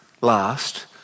last